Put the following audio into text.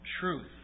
truth